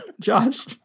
josh